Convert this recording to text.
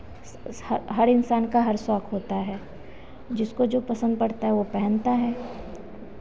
हर हर इंसान का हर सौख होता है जिसको जो पसंद पड़ता है वह पहनता है